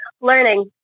Learning